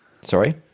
Sorry